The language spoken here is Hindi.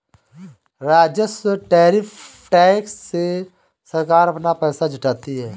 राजस्व टैरिफ टैक्स से सरकार अपना पैसा जुटाती है